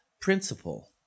principle